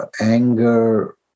anger